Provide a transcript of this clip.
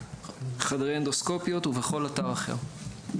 חדרי אנדוסקופיות וכל אתר אחר.